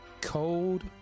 cold